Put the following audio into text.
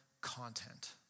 content